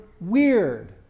weird